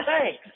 thanks